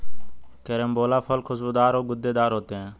carambola फल खुशबूदार और गूदेदार होते है